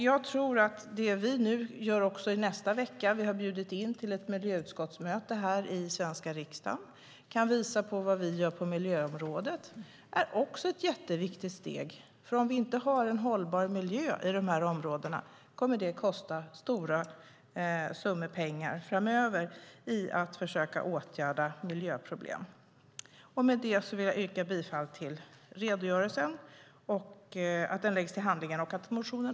Jag tror att det vi nu gör i nästa vecka - vi har bjudit in till ett miljöutskottsmöte här i den svenska riksdagen - kan visa vad vi gör på miljöområdet, och det är också ett viktigt steg. Om vi inte har en hållbar miljö i de här områdena kommer det att kosta stora summor pengar framöver för att försöka åtgärda miljöproblemen. Med det vill jag yrka bifall till att redogörelsen läggs till handlingarna och avslag på motionen.